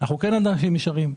אנחנו כן אנשים ישרים.